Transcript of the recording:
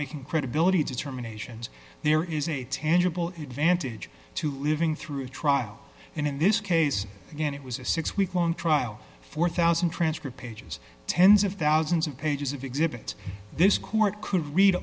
making credibility determinations there is a tangible advantage to living through trial and in this case again it was a six week long trial four thousand transcript pages tens of thousands of pages of exhibits this court could read